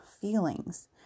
feelings